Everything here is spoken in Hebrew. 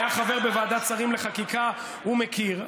הוא היה חבר בוועדת שרים לחקיקה, הוא מכיר.